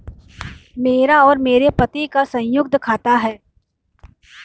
मेरा और मेरे पति का संयुक्त खाता है